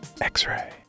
X-Ray